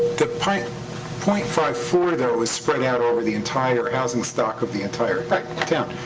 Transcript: the point point five four, though, is spread out over the entire housing stock of the entire town.